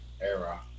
era